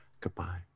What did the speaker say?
goodbye